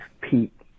Pete